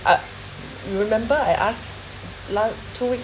ah you remember I ask last two weeks